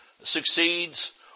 succeeds